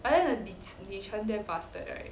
and the needs they turn them faster right